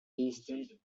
eastern